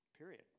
period